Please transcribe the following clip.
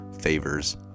favors